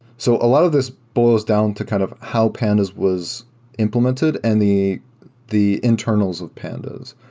so a lot of this boils down to kind of how pandas was implemented and the the internals of pandas.